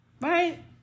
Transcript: Right